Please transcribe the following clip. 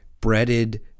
breaded